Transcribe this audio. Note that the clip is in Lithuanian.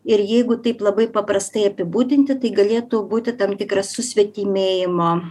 ir jeigu taip labai paprastai apibūdinti tai galėtų būti tam tikras susvetimėjimo